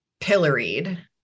pilloried